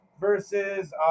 versus